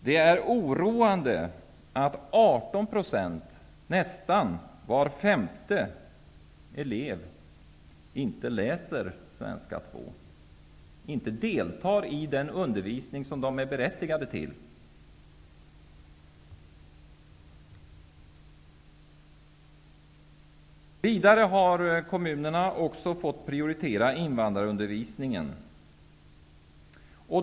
Det är oroande att 18 %, nästan var femte elev, inte läser svenska som andra språk. De deltar inte i den undervisning som de är berättigade till. Kommunerna har vidare prioriterat invandrarundervisning.